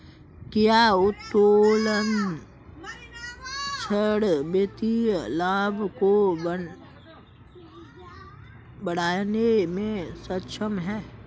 क्या उत्तोलन ऋण वित्तीय लाभ को बढ़ाने में सक्षम है?